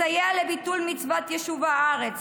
מסייע לביטול מצוות יישוב הארץ,